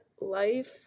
Life